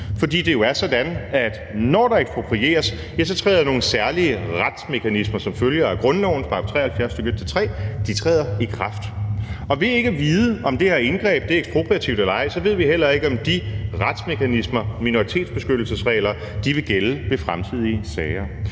fordi det jo er sådan, at når der eksproprieres, træder der nogle særlige retsmekanismer som følge af grundlovens § 73, stk. 1-3, i kraft, og ved ikke at vide, om det her indgreb er ekspropriativt eller ej, ved vi heller ikke, om de retsmekanismer, minoritetsbeskyttelsesregler, vil gælde ved fremtidige sager.